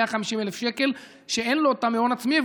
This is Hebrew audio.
150,000 שקל שאין לו אותם מהון עצמי,